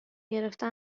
گرفته